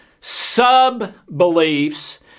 sub-beliefs